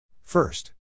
First